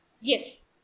yes